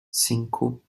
cinco